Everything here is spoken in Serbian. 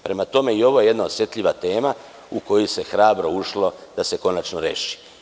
Prema tome, i ovo je jedna osetljiva tema u koju se hrabro ušlo da se konačno reši.